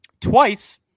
Twice